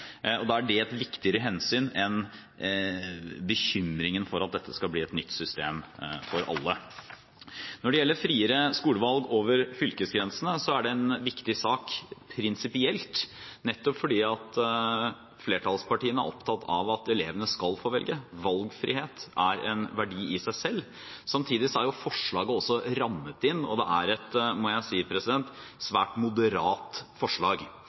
først. Da er det et viktigere hensyn enn bekymringen for at dette skal bli et nytt system for alle. Når det gjelder friere skolevalg over fylkesgrensene, er det en viktig sak prinsipielt nettopp fordi flertallspartiene er opptatt av at elevene skal få velge. Valgfrihet er en verdi i seg selv. Samtidig er forslaget også rammet inn, og det er, må jeg si, et svært moderat forslag.